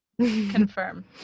Confirm